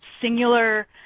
Singular